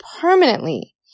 permanently